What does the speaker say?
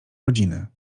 rodziny